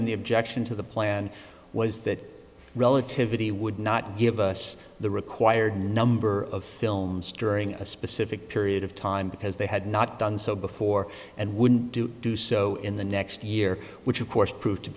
in the objection to the plan was that relativity would not give us the required number of films during a specific period of time because they had not done so before and wouldn't do to do so in the next year which of course proved to